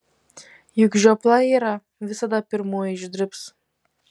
juk žiopla yra visada pirmoji išdribs